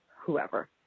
whoever